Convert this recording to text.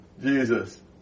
Jesus